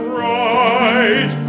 right